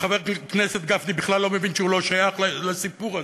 וחבר הכנסת גפני בכלל לא מבין שהוא לא שייך לסיפור הזה,